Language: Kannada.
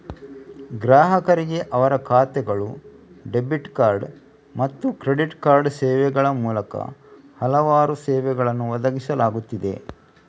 ಗ್ರಾಹಕರಿಗೆ ಅವರ ಖಾತೆಗಳು, ಡೆಬಿಟ್ ಕಾರ್ಡ್ ಮತ್ತು ಕ್ರೆಡಿಟ್ ಕಾರ್ಡ್ ಸೇವೆಗಳ ಮೂಲಕ ಹಲವಾರು ಸೇವೆಗಳನ್ನು ಒದಗಿಸಲಾಗುತ್ತಿದೆ